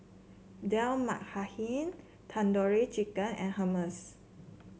Dal Makhani Tandoori Chicken and Hummus